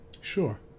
Sure